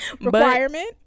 Requirement